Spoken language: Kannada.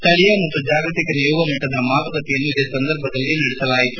ಸ್ಥಳೀಯ ಮತ್ತು ಜಾಗತಿಕ ನಿಯೋಗ ಮಟ್ಟದ ಮಾತುಕತೆಯನ್ನು ನಡೆಸಿದರು